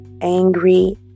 angry